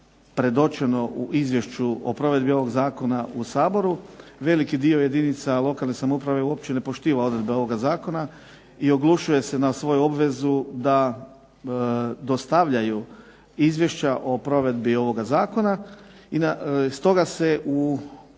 predočeno u Izvješću o provedbi ovog Zakona u Saboru, veliki dio jedinica lokalne samouprave uopće ne poštiva odredbe ovoga zakona i oglušuje se na svoju obvezu da dostavljaju izvješća o provedbi ovog Zakona, stoga se u